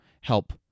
help